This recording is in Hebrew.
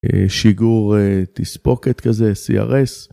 שיגור תספוקת כזה, CRS,